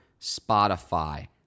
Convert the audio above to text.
Spotify